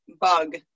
bug